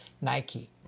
Nike